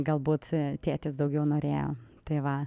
galbūt tėtis daugiau norėjo tai va